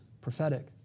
prophetic